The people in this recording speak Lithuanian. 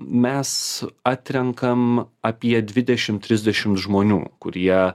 mes atrenkam apie dvidešim trisdešim žmonių kurie